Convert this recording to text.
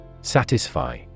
Satisfy